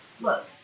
Look